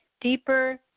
deeper